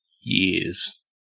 years